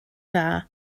dda